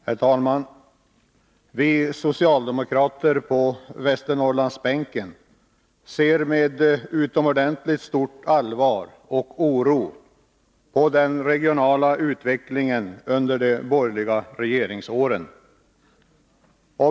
Herr talman! Vi socialdemokrater på Västernorrlandsbänken ser med utomordentligt allvar och med stor oro på den regionala utvecklingen under de borgerliga regeringsåren.